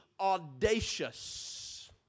audacious